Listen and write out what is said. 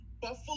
buffalo